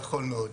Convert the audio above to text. נכון מאוד.